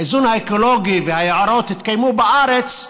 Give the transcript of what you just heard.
האיזון האקולוגי והיערות התקיימו בארץ,